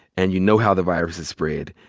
and you know how the virus is spread,